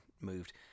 moved